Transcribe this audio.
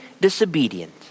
disobedient